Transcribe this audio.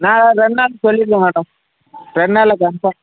நான் ரெண்டு நாளில் சொல்லிடறேன் மேடம் ரெண்டு நாளில் கன்ஃபார்ம்